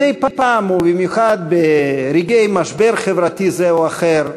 מדי פעם, ובמיוחד ברגעי משבר חברתי זה או אחר,